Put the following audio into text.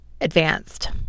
advanced